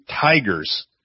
tigers